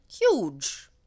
Huge